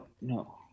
no